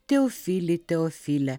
teofilį teofilę